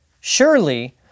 Surely